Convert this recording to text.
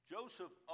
Joseph